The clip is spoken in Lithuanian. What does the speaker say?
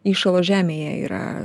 įšalo žemėje yra